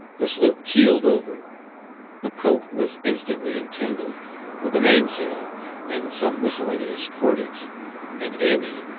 the sloop keeled over cope was instantly entangled with the mainsail and some miscellaneous cordage and amy,